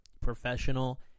professional